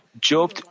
Job